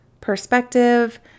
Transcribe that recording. perspective